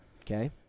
Okay